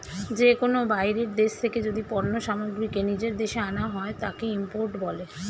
যে কোনো বাইরের দেশ থেকে যদি পণ্য সামগ্রীকে নিজের দেশে আনা হয়, তাকে ইম্পোর্ট বলে